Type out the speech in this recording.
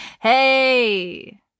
Hey